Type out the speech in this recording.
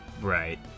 Right